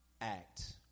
Act